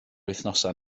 wythnosau